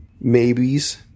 maybes